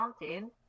mountain